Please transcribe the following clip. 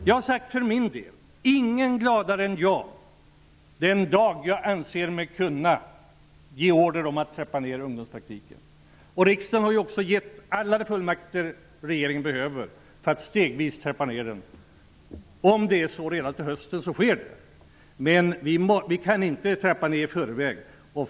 Jag har sagt att ingen är gladare än jag den dag jag anser mig kunna ge order om att trappa ner ungdomspraktiken. Riksdagen har också gett alla de fullmakter som regeringen behöver för att stegvis trappa ner den. Om situationen redan till hösten tillåter en nedtrappning sker det, men vi kan inte trappa ner i förväg.